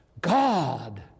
God